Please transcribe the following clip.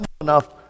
enough